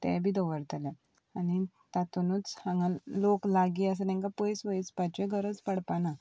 ते बी दवरतलें आनी तातूंनच हांगा लोक लागीं आसा तेंका पयस वयसपाची गरज पडपाना